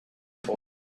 boy